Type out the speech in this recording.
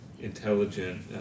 intelligent